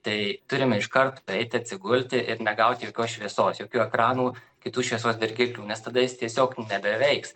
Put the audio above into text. tai turime iš karto eiti atsigulti ir negauti jokios šviesos jokių ekranų kitų šviesos dirgiklių nes tada jis tiesiog nebeveiks